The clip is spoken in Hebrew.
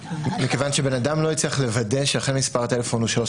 מכיוון שבן אדם לא יצליח לוודא שאכן מספר הטלפון הוא שלו,